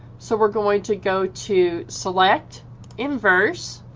so we're going to go to select inverse